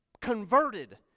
converted